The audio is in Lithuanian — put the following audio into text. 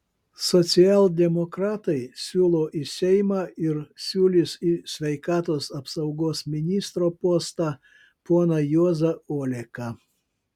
socialdemokratai siūlo į seimą ir siūlys į sveikatos apsaugos ministro postą poną juozą oleką